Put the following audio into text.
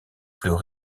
plus